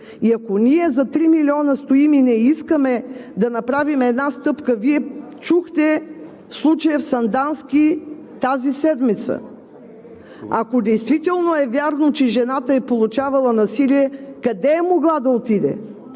Ако ние за 3 милиона стоим и не искаме да направим една стъпка – Вие чухте случая в Сандански тази седмица! Ако действително е вярно, че жената е получавала насилие, къде е могла да отиде?!